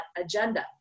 agenda